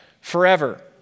forever